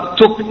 took